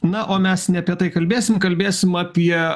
na o mes ne apie tai kalbėsim kalbėsime apie